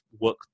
work